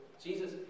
Jesus